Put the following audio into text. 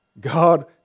God